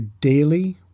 daily